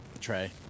Trey